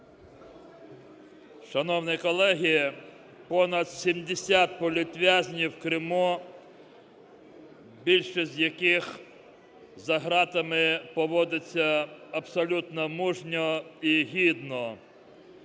Шановні колеги, понад 70 політв'язнів Криму, більшість з яких за ґратами поводиться абсолютно мужньо і гідно,